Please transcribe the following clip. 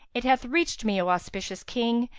it hath reached me, o auspicious king,